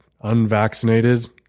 unvaccinated